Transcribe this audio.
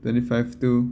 twenty five to